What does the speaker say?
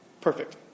perfect